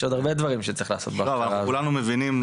כי כולנו מבינים,